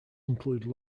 include